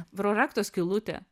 pro rakto skylutę